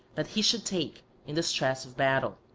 that he should take in the stress of battle.